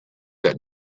that